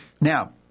Now